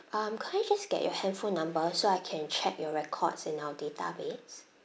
um could I just get your handphone number so I can check your records in our database